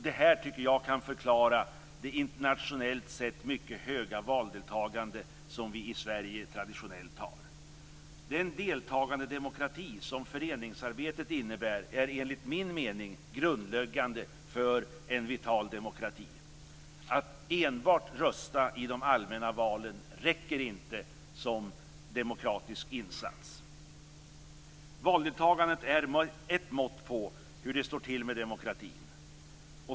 Det tycker jag kan förklara det internationellt sett mycket höga valdeltagandet som vi i Sverige traditionellt har. Den deltagandedemokrati som föreningsarbetet innebär är enligt min mening grundläggande för en vital demokrati. Att enbart rösta i de allmänna valen räcker inte som demokratisk insats. Valdeltagandet är ett mått på hur det står till med demokratin.